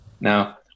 Now